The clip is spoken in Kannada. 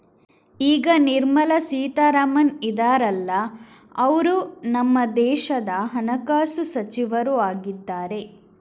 ಈಗ ನಿರ್ಮಲಾ ಸೀತಾರಾಮನ್ ಇದಾರಲ್ಲ ಅವ್ರು ನಮ್ಮ ದೇಶದ ಹಣಕಾಸು ಸಚಿವರು ಆಗಿದ್ದಾರೆ